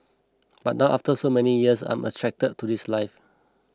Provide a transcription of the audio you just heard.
but now after so many years I'm attracted to this life